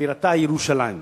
שבירתה ירושלים.